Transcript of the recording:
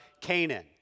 Canaan